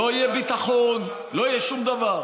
למה ראש הממשלה, לא יהיה ביטחון, לא יהיה שום דבר.